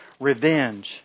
revenge